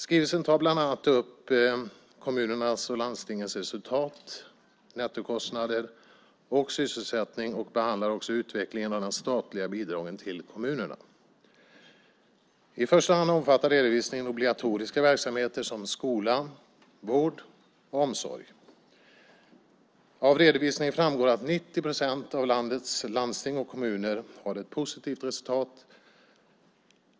Skrivelsen tar bland annat upp kommunernas och landstingens resultat, nettokostnader och sysselsättning samt behandlar också utvecklingen av de statliga bidragen till kommunerna. I första hand omfattar redovisningen obligatoriska verksamheter som skola, vård och omsorg. Av redovisningen framgår att 90 procent av landets landsting och kommuner har ett positivt resultat.